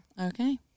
Okay